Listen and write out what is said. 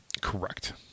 Correct